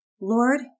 Lord